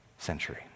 Century